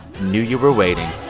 knew you were waiting